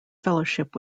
fellowship